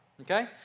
Okay